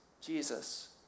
Jesus